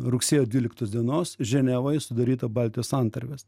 rugsėjo dvyliktos dienos ženevoj sudaryta baltijos santarvės